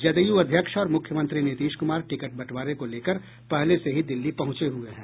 जदयू अध्यक्ष और मुख्यमंत्री नीतीश कुमार टिकट बंटवारे को लेकर पहले से ही दिल्ली पहुंचे हुए हैं